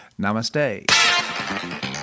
Namaste